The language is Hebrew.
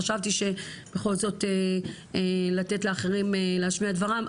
חשבתי שבכל זאת לתת לאחרים להשמיע את דברם,